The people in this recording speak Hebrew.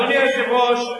אדוני היושב-ראש,